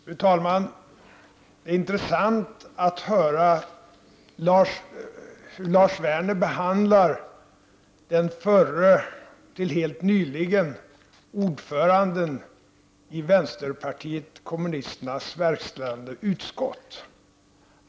Fru talman! Det är intressant att höra hur Lars Werner behandlar den förre, och helt nyligen varande, ordföranden i vänsterpartiet kommunisternas verkställande utskott.